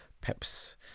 Peps